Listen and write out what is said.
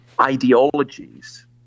ideologies